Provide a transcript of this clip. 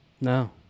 No